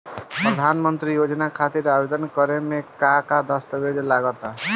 प्रधानमंत्री योजना खातिर आवेदन करे मे का का दस्तावेजऽ लगा ता?